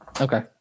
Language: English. okay